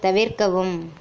தவிர்க்கவும்